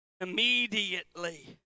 Immediately